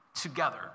together